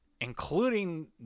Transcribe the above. including